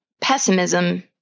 pessimism